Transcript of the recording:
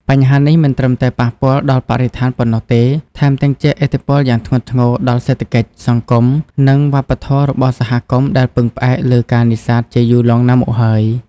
បញ្ហានេះមិនត្រឹមតែប៉ះពាល់ដល់បរិស្ថានប៉ុណ្ណោះទេ ថែមទាំងជះឥទ្ធិពលយ៉ាងធ្ងន់ធ្ងរដល់សេដ្ឋកិច្ច សង្គម និងវប្បធម៌របស់សហគមន៍ដែលពឹងផ្អែកលើការនេសាទជាយូរលង់ណាស់មកហើយ។